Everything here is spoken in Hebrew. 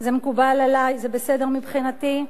זה מקובל עלי, זה בסדר מבחינתי.